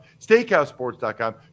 steakhouse-sports.com